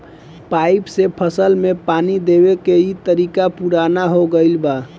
pipe से फसल में पानी देवे के इ तरीका पुरान हो गईल बा